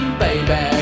baby